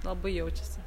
labai jaučiasi